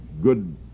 good